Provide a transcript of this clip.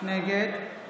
נגד